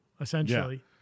essentially